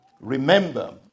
remember